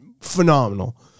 phenomenal